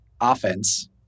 offense